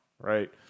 right